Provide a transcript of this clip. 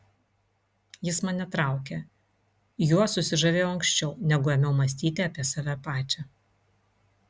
jis mane traukė juo susižavėjau anksčiau negu ėmiau mąstyti apie save pačią